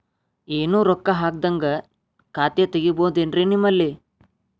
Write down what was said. ಏನು ರೊಕ್ಕ ಹಾಕದ್ಹಂಗ ಖಾತೆ ತೆಗೇಬಹುದೇನ್ರಿ ನಿಮ್ಮಲ್ಲಿ?